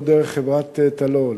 או דרך חברת "טלאול",